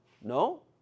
No